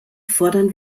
fordern